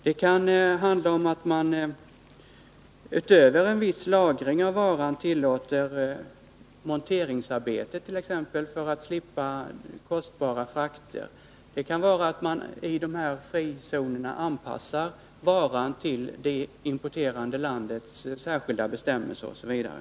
Det kan handla om att utöver en viss lagring av varan tillåta t.ex. monteringsarbete för att slippa kostsamma frakter, det kan vara att man i frizonerna anpassar varan till det importerande landets särskilda bestämmelser, osv.